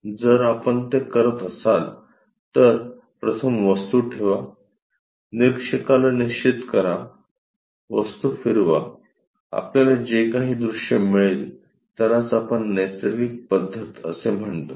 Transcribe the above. जर आपण ते करत असाल तर प्रथम वस्तू ठेवा निरीक्षकाला निश्चित करा वस्तू फिरवा आपल्याला जे काही दृश्य मिळेल त्यालाच आपण नैसर्गिक पद्धत असे म्हणतो